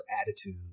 attitude